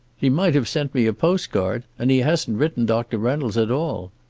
he might have sent me a postcard. and he hasn't written doctor reynolds at all.